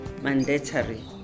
mandatory